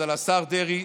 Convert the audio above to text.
אז לשר דרעי,